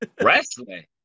Wrestling